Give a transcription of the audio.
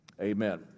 amen